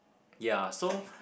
ya so